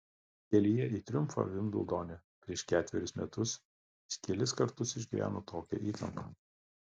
kelyje į triumfą vimbldone prieš ketverius metus jis kelis kartus išgyveno tokią įtampą